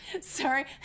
Sorry